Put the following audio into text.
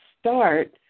start